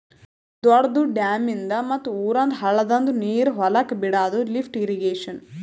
ದೊಡ್ದು ಡ್ಯಾಮಿಂದ್ ಮತ್ತ್ ಊರಂದ್ ಹಳ್ಳದಂದು ನೀರ್ ಹೊಲಕ್ ಬಿಡಾದು ಲಿಫ್ಟ್ ಇರ್ರೀಗೇಷನ್